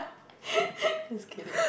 just kidding